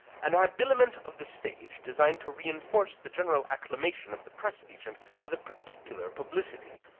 an habiliment of the stage designed to reinforce the general acclamation of the press agent with a particular publicity.